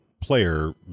player